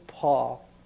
Paul